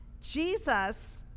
Jesus